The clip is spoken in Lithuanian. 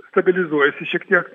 stabilizuojasi šiek tiek